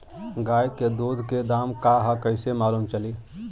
गाय के दूध के दाम का ह कइसे मालूम चली?